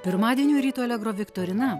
pirmadienio ryto allegro viktorina